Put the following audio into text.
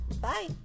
Bye